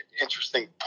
interesting